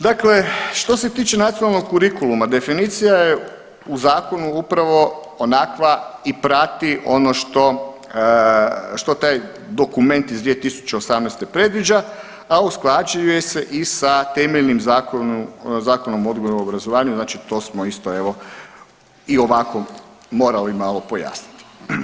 Dakle, što se tiče nacionalnog kurikuluma definicija je u zakonu upravo onakva i prati ono što, što taj dokument iz 2018. predviđa, a usklađuje se i sa temeljnim zakonom, Zakonom o odgoju i obrazovanju, znači to smo isto evo i ovako morali malo pojasniti.